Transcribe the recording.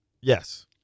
Yes